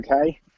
okay